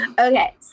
Okay